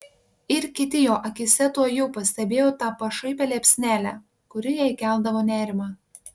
ir kiti jo akyse tuojau pastebėjo tą pašaipią liepsnelę kuri jai keldavo nerimą